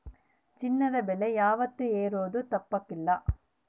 ಚಿನ್ನದ ಬೆಲೆ ಯಾವಾತ್ತೂ ಏರೋದು ತಪ್ಪಕಲ್ಲ